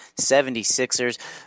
76ers